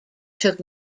took